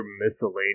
miscellaneous